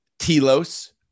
Telos